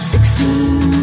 Sixteen